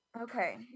Okay